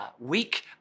week